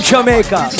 Jamaica